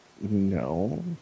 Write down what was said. No